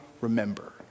remember